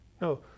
No